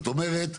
זאת אומרת,